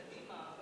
בקדימה,